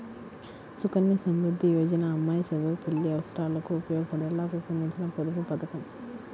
సుకన్య సమృద్ధి యోజన అమ్మాయి చదువు, పెళ్లి అవసరాలకు ఉపయోగపడేలా రూపొందించిన పొదుపు పథకం